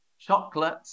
Chocolate